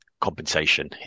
compensation